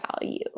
value